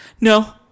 No